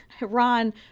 Ron